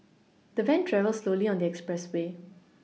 the van travelled slowly on the expressway